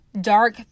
dark